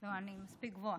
לא, אני מספיק גבוהה.